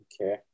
Okay